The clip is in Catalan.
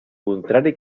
contrari